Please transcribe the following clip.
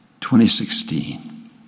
2016